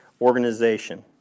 organization